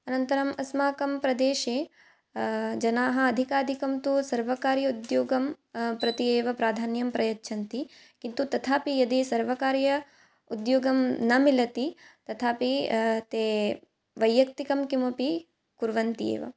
अनन्तरम् अस्माकं प्रदेशे जनाः अधिकाधिकं तु सर्वकारीय उद्योगं प्रति एव प्राधान्यं प्रयच्छन्ति किन्तु तथापि यदि सर्वकारीय उद्योगं न मिलति तथापि ते वैयक्तिकं किमपि कुर्वन्ति एव